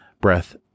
breath